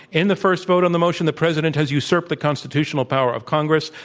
in the first vote on the motion, the president has usurped the constitutional power of congress,